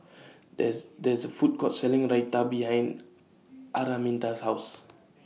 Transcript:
There IS There IS A Food Court Selling Raita behind Araminta's House